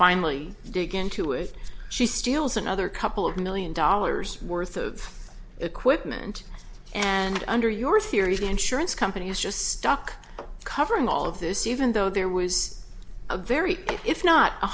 finally dig into it she steals another couple of million dollars worth of equipment and under your theory the insurance company is just stock covering all of this even though there was a very